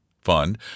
Fund